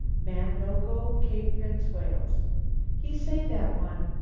man no go cape prince wales he say, that one,